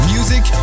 Music